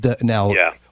Now